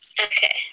Okay